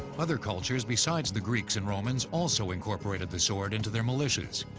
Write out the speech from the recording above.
other cultures besides the greeks and romans also incorporated the sword into their militias,